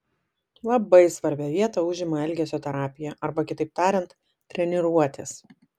labai svarbią vietą užima elgesio terapija arba kitaip tariant treniruotės